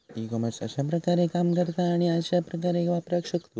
E commerce कश्या प्रकारे काम करता आणि आमी कश्या प्रकारे वापराक शकतू?